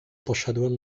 poszedłem